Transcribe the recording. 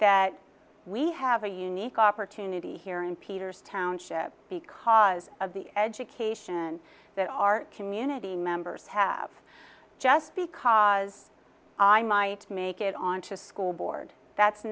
that we have a unique opportunity here in peter's township because of the education that our community members have just because i might make it on to school board that's